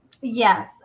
Yes